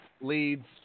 leads